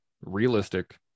realistic